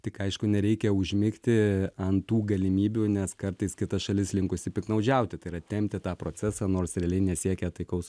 tik aišku nereikia užmigti ant tų galimybių nes kartais kita šalis linkusi piktnaudžiauti tai yra tempti tą procesą nors realiai nesiekia taikaus